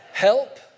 Help